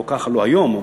לא היום,